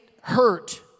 hurt